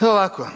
Ovako,